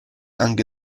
anche